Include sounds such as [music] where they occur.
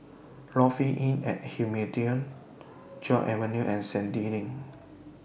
Lofi Inn At [unintelligible] Joo Avenue and Sandy Lane